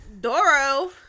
Doro